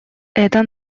это